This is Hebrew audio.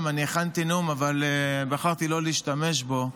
אני הכנתי נאום, אבל בחרתי לא להשתמש בו.